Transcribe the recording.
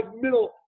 middle